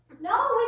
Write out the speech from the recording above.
No